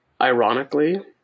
Ironically